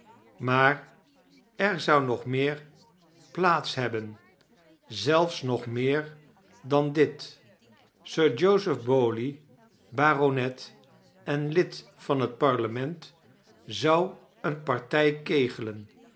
maar er zou nog meer plaats liebben zelfs nog meer dan dit sir joseph bowley baronet en lid van het parlement zou een partij kegelen